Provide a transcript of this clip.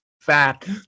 fat